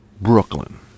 Brooklyn